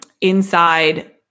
inside